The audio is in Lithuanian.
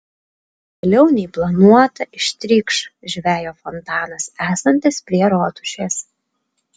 vėliau nei planuota ištrykš žvejo fontanas esantis prie rotušės